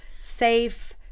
safe